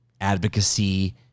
advocacy